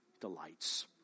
delights